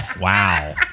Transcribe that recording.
Wow